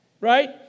right